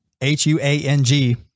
H-U-A-N-G